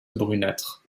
brunâtre